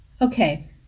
Okay